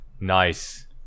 Nice